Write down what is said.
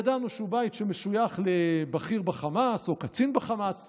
ידענו שהוא בית שמשויך לבכיר בחמאס או קצין בחמאס.